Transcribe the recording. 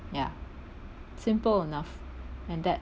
ya simple enough and that